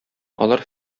алар